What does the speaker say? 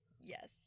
Yes